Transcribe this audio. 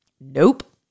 Nope